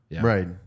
Right